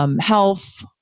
health